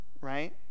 Right